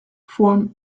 form